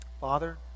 father